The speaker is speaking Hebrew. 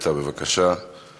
אבל לנסות להקפיד על הזמנים.